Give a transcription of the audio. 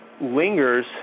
lingers